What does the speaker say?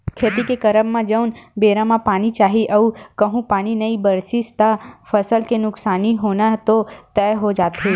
खेती के करब म जउन बेरा म पानी चाही अऊ कहूँ पानी नई बरसिस त फसल के नुकसानी होना तो तय हो जाथे